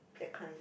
that kind